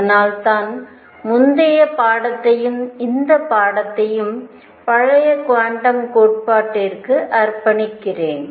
அதனால்தான் முந்தைய பாடத்தையும் இந்த பாடத்தையும் பழைய குவாண்டம் கோட்பாட்டிற்கு அர்ப்பணிகிறேன்